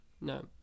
No